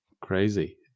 crazy